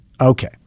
Okay